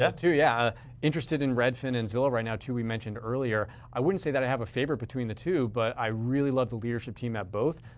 two. yeah interested in redfin and zillow right now. two we mentioned earlier. i wouldn't say that i have a favorite between the two. but i really love the leadership team at both.